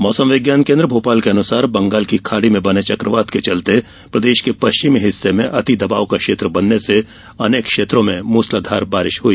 मौसम विज्ञान केन्द्र भोपाल के अनुसार बंगाल की खाड़ी में बने चकवात के चलते प्रदेश के पश्चिमी हिस्से में अति दबाव का क्षेत्र बनने से अनेक क्षेत्रों में मूसलाधार बारिश हुई